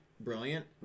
Brilliant